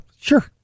sure